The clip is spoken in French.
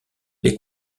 les